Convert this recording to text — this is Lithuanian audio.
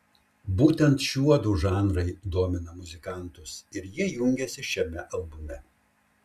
būtent šiuodu žanrai domina muzikantus ir jie jungiasi šiame albume